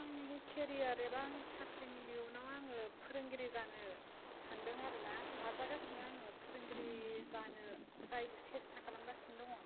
आंनि केरियार एबा आंनि साख्रिनि इयुनाव आङो फोरोंगिरि जानो सान्दों आरोना नाजागासिनो आङो फोरोंगिरि जानो ट्राय सेसथा खालामगासिनो दङ